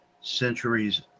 centuries